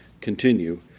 continue